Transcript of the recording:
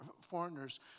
foreigners